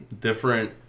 Different